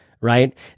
right